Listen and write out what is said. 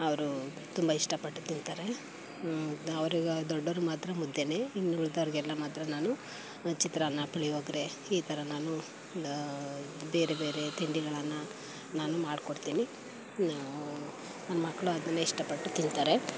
ಅವರು ತುಂಬ ಇಷ್ಟಪಟ್ಟು ತಿಂತಾರೆ ಅವರಿಗೆ ದೊಡ್ಡೋರಿಗೆ ಮಾತ್ರ ಮುದ್ದೆಯೇ ಇನ್ನು ಉಳಿದೋರಿಗೆಲ್ಲ ಮಾತ್ರ ನಾನು ಚಿತ್ರಾನ್ನ ಪುಳಿಯೋಗರೆ ಈ ಥರ ನಾನು ಲಾ ಬೇರೆ ಬೇರೆ ತಿಂಡಿಗಳನ್ನು ನಾನು ಮಾಡ್ಕೊಡ್ತೀನಿ ನನ್ನ ಮಕ್ಕಳು ಅದನ್ನೇ ಇಷ್ಟಪಟ್ಟು ತಿಂತಾರೆ